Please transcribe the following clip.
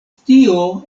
tio